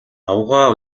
аугаа